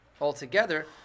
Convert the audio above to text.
altogether